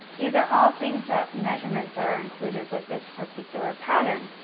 these are all things that measurements that are included with this particular pattern.